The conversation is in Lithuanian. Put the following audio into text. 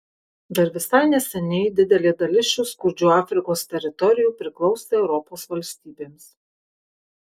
dar visai neseniai didelė dalis šių skurdžių afrikos teritorijų priklausė europos valstybėms